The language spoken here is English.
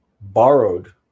borrowed